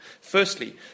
Firstly